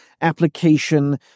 application